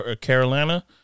Carolina